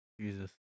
Jesus